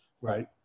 Right